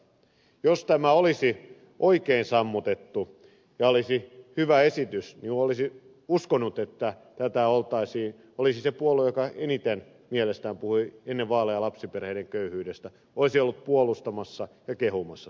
jos tämä olisi oikein sammutettu ja olisi hyvä esitys niin olisi uskonut että tätä olisi se puolue joka eniten mielestään puhui ennen vaaleja lapsiperheiden köyhyydestä ollut puolustamassa ja kehumassa